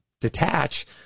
detach